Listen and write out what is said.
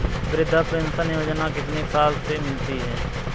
वृद्धा पेंशन योजना कितनी साल से मिलती है?